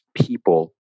people